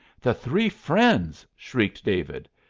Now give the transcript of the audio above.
the three friends! shrieked david.